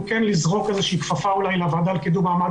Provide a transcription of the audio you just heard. כן לזרוק איזו שהיא כפפה אולי לוועדה לקידום מעמד